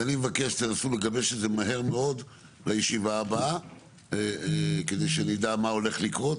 מבקש שתנסו לגבש את זה מהר מאוד לישיבה הבאה כדי שנדע מה הולך לקרות.